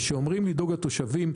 וכשאומרים "לדאוג לתושבים",